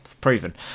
proven